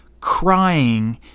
crying